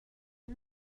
ble